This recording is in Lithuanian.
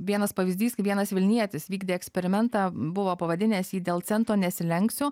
vienas pavyzdys kai vienas vilnietis vykdė eksperimentą buvo pavadinęs jį dėl cento nesilenksiu